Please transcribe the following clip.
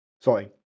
sorry